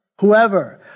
whoever